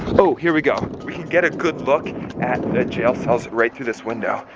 oh here we go. we can get a good look at the jail cells right through this window.